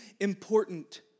important